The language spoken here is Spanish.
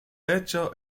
hecho